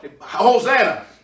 Hosanna